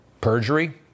perjury